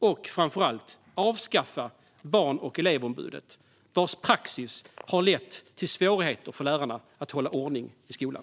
Och framför allt: Avskaffa Barn och elevombudet, vars praxis har lett till svårigheter för lärarna att hålla ordning i skolan!